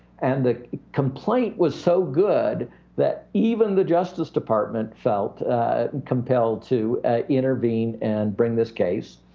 and the complaint was so good that even the justice department felt compelled to intervene and bring this case.